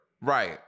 Right